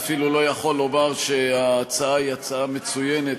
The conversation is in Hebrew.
אפילו לא יכול לומר שההצעה היא הצעה מצוינת,